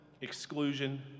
exclusion